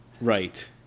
right